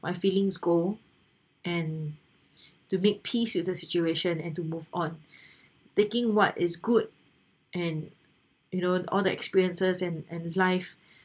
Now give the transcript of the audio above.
my feelings go and to make peace with the situation and to move on taking what is good and you know all the experiences and and life